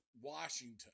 Washington